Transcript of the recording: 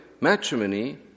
matrimony